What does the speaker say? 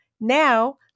Now